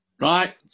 Right